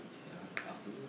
ya afternoon